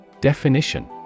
Definition